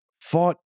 fought